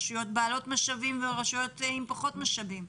רשויות בעלות משאבים ורשויות עם פחות משאבים?